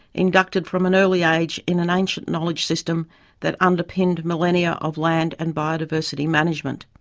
inducted from an early age in an ancient knowledge system that underpinned millennia of land and biodiversity management.